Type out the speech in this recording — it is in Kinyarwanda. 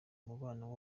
umubano